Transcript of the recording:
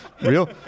Real